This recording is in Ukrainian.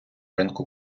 ринку